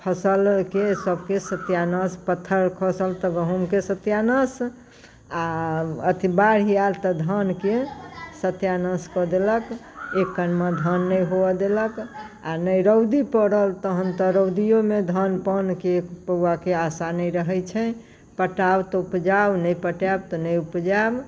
फसलके सबके सत्यानाश पत्थर खसल तऽ गहुँमके सत्यानाश आ अथी बाढ़ि आयल तऽ धानके सत्यनाश कऽ देलक एक कनबा धान नहि हुअ देलक आ नहि रौदी पड़ल तहन तऽ रौदियोमे धान पानके एक पौआके आशा नहि रहैत छै पटाउ तऽ उपजाउ नहि पटायब तऽ नहि उपजायब